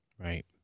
right